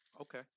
Okay